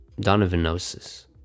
Donovanosis